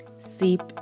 seep